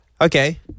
Okay